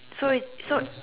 so it's so